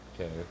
Okay